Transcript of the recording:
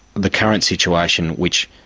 the current situation which